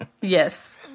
Yes